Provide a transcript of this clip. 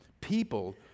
people